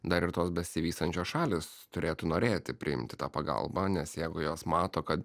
dar ir tos besivystančios šalys turėtų norėti priimti tą pagalbą nes jeigu jos mato kad